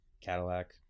Cadillac